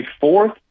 fourth